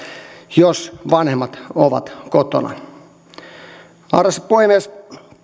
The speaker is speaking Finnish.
jos vanhemmat ovat kotona arvoisa puhemies